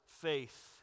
faith